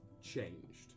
changed